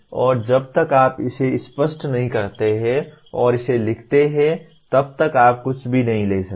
और जब तक आप इसे स्पष्ट नहीं करते और इसे लिखते हैं तब तक आप कुछ भी नहीं ले सकते